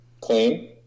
clean